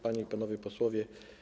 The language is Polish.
Panie i Panowie Posłowie!